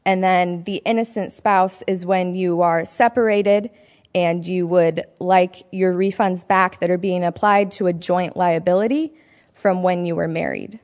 and then the innocent spouse is when you are separated and you would like your refunds back that are being applied to a joint liability from when you were married